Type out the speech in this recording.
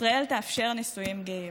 וישראל תאפשר נישואים גאים.